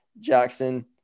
Jackson